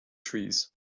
trees